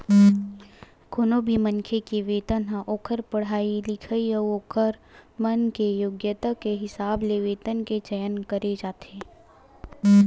कोनो भी मनखे के वेतन ह ओखर पड़हाई लिखई अउ ओखर मन के योग्यता के हिसाब ले वेतन के चयन करे जाथे